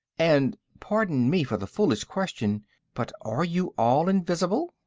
and pardon me for the foolish question but, are you all invisible?